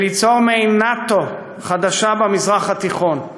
וליצור מעין נאט"ו חדשה במזרח התיכון,